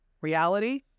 Reality